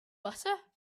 butter